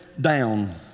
down